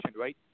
right